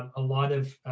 a lot of,